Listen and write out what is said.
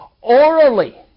orally